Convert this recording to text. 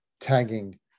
tagging